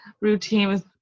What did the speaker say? routine